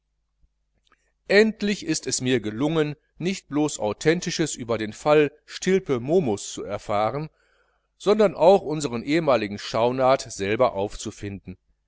endlich ist es mir gelungen nicht blos authentisches über den fall stilpe momus zu erfahren sondern auch unsern ehemaligen schaunard selber aufzufinden